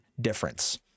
difference